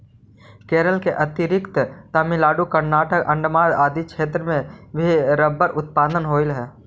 केरल के अतिरिक्त तमिलनाडु, कर्नाटक, अण्डमान आदि क्षेत्र में भी रबर उत्पादन होवऽ हइ